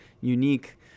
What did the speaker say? unique